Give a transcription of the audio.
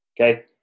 Okay